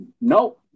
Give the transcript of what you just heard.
no